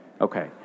Okay